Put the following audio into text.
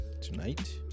tonight